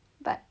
but